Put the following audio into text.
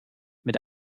mit